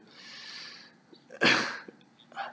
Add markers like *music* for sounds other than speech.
*coughs*